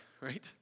right